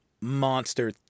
monster